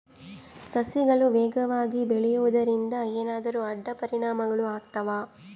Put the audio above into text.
ಸಸಿಗಳು ವೇಗವಾಗಿ ಬೆಳೆಯುವದರಿಂದ ಏನಾದರೂ ಅಡ್ಡ ಪರಿಣಾಮಗಳು ಆಗ್ತವಾ?